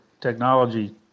technology